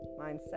mindset